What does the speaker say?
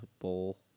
bowl